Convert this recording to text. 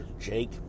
Jake